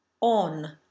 on